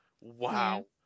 Wow